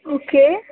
okay